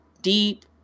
deep